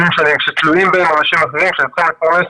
או אנשים אחרים שתלויים בהם ואותם הם צריכים לפרנס.